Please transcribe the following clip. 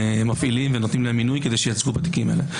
מפעילים ונותנים להם מינוי כדי שייצגו בתיקים האלה.